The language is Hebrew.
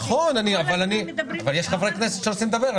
נכון, אבל יש חברי כנסת שרוצים לדבר.